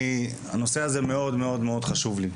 הנושא הזה מאוד חשוב לי.